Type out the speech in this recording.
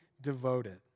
devoted